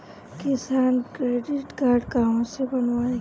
किसान credit card कहवा से बनवाई?